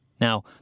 Now